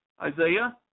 Isaiah